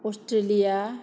Australia